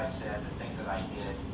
said, the things that i did,